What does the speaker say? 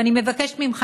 ואני מבקשת ממך,